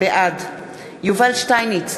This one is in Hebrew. בעד יובל שטייניץ,